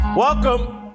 Welcome